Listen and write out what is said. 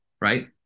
right